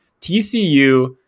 TCU